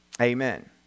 Amen